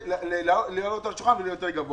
שהוא עולה על השולחן והוא גבוה יותר.